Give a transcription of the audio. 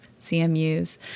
CMUs